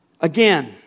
Again